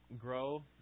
grow